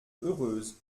heureuse